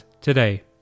today